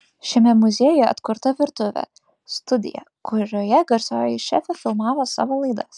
šiame muziejuje atkurta virtuvė studija kurioje garsioji šefė filmavo savo laidas